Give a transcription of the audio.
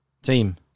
team